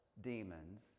demons